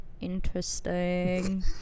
Interesting